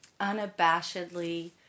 unabashedly